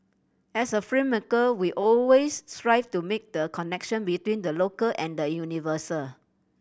as a filmmaker we always strive to make the connection between the local and the universal